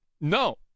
No